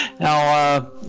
Now